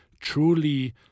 truly